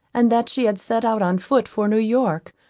and that she had set out on foot for new-york,